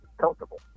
comfortable